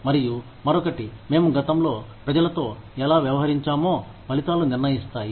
మరియు మరొకటి మేము గతంలో ప్రజలతో ఎలా వ్యవహరించామో ఫలితాలు నిర్ణయిస్తాయి